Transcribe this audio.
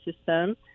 system